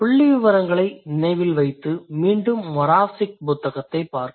புள்ளிவிவரங்களை நினைவில் வைத்து மீண்டும் மொராவ்சிக் புத்தகத்தைப் பார்க்கவும்